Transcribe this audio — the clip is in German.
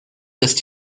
ist